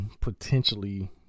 potentially